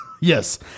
Yes